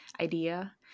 idea